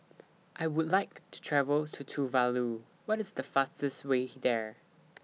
I Would like to travel to Tuvalu What IS The fastest Way There